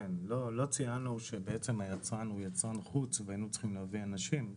לא ציינו בעצם שהיצרן הוא יצרן חוץ והיינו צריכים להביא אנשים,